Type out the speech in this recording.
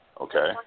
okay